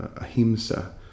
ahimsa